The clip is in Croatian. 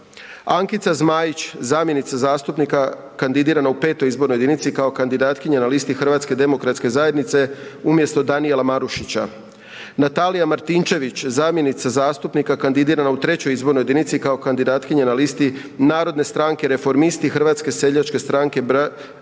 Ankica Zmajić, zamjenica zastupnika kandidirana u 5. izbornoj jedinici kao kandidatkinja na listi Hrvatske demokratske zajednice, HDZ, umjesto Danijela Marušića; Natalija Martinčević, zamjenica zastupnika kandidirana u 3. izbornoj jedinici kao kandidatkinja na listi Narodne stranke reformisti, Hrvatske seljačke stranke braće